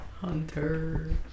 Hunter